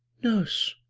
nurse,